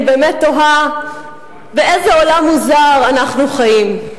אני באמת תוהה באיזה עולם מוזר אנחנו חיים.